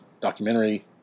documentary